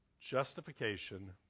Justification